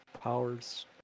powers